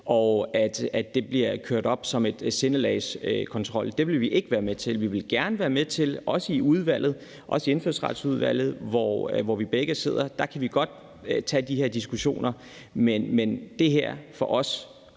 at det bliver kørt op som sindelagskontrol. Det vil vi ikke være med til. Vi vil gerne være med til også i Indfødsretsudvalget, hvor vi begge sidder, at tage de her diskussioner. Men det her – ud